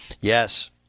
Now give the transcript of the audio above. Yes